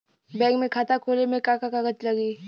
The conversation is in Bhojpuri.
बैंक में खाता खोले मे का का कागज लागी?